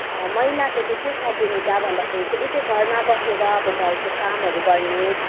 महिलाको चाहिँ के छ भूमिका भन्दाखेरि चाहिँ ऊ चाहिँ घरमा बसेर अब घरको कामहरू गर्ने